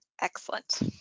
Excellent